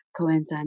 coenzyme